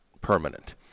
permanent